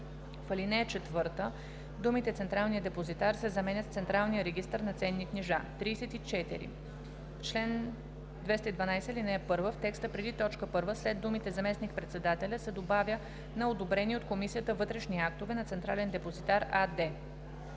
в ал. 4 думите „Централния депозитар“ се заменят с „централния регистър на ценни книжа“. 34. В чл. 212, ал. 1 в текста преди т. 1 след думите „заместник-председателя“ се добавя „на одобрени от комисията вътрешни актове на „Централен депозитар“ АД“.